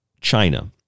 China